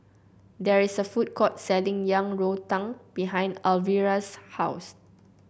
there is a food court selling Yang Rou Tang behind Alvira's house